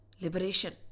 liberation